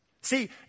See